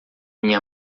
minha